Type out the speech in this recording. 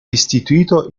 istituito